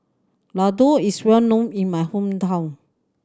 ladoo is well known in my hometown